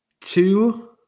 Two